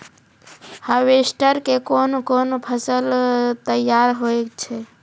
Harvester के कोन कोन फसल तैयार होय छै?